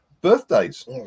birthdays